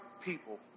people